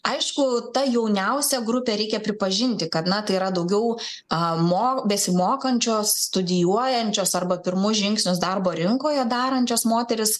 aišku ta jauniausia grupė reikia pripažinti kad na tai yra daugiau amo besimokančios studijuojančios arba pirmus žingsnius darbo rinkoje darančios moterys